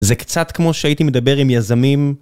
זה קצת כמו שהייתי מדבר עם יזמים.